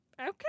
okay